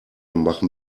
machen